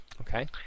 okay